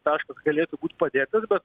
taškas galėtų būt padėtas bet